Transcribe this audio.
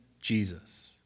Jesus